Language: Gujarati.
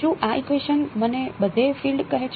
શું આ ઇકવેશન મને બધે ફીલ્ડ કહે છે